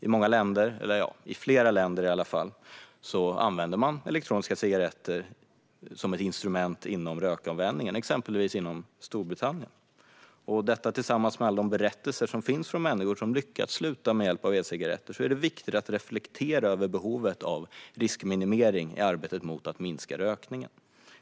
I flera länder, exempelvis i Storbritannien, använder man elektroniska cigaretter som ett instrument inom rökavvänjningen. Detta tillsammans med alla de berättelser som finns från människor som lyckats sluta med hjälp av e-cigaretter gör att det är viktigt att reflektera över behovet av riskminimering i arbetet med att minska rökningen.